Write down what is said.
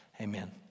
Amen